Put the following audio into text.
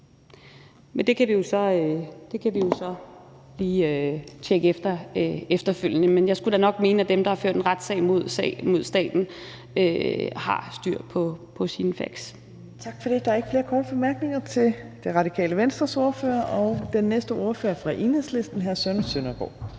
Men det kan vi jo så lige tjekke efterfølgende; men jeg skulle da nok mene, at dem, der har ført en retssag mod staten, har styr på deres facts. Kl. 15:46 Tredje næstformand (Trine Torp): Tak for det. Der er ikke flere korte bemærkninger til Radikale Venstres ordfører. Den næste ordfører er fra Enhedslisten, og det er hr.